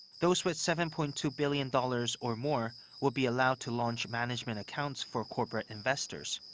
those with seven point two billon dollars or more would be allowed to launch management accounts for corporate investors.